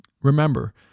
remember